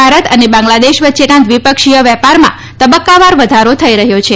ભારત અને બાંગ્લાદેશ વચ્ચેના દ્વિપક્ષીય વેપારમાં તબક્કાવાર વધારો થઇ રહ્યો છે